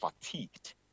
fatigued